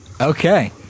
Okay